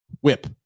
whip